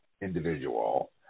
Individual